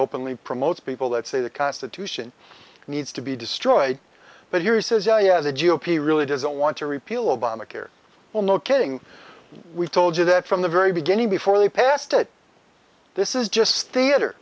openly promotes people that say the constitution needs to be destroyed but here's the g o p really doesn't want to repeal obamacare well no kidding we told you that from the very beginning before we passed it this is just theater